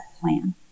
plan